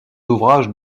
ouvrages